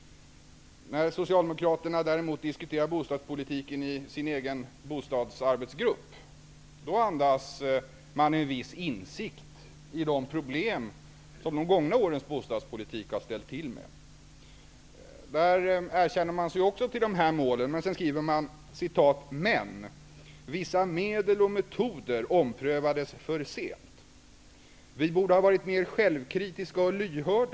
När socialdemokraterna däremot diskuterar bostadspolitiken i sin egen bostadsarbetsgrupp, andas man en viss insikt i de problem som de gångna årens bostadspolitk har ställt till med. Man bekänner sig också till dessa mål, samtidigt som man skriver att vissa medel och metoder omprövades för sent. Man borde ha varit mer självkritisk och lyhörd.